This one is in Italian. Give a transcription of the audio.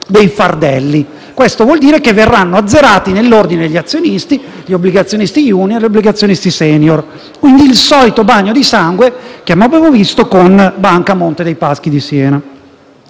dei fardelli. Ciò vuol dire che verranno azzerati nell'ordine gli azionisti, gli obbligazionisti *junior* e gli obbligazionisti *senior.* Ci sarà il solito bagno di sangue a cui abbiamo già assistito con Banca Monte dei Paschi di Siena.